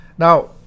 Now